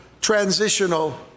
transitional